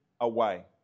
away